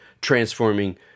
transforming